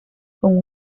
con